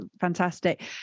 fantastic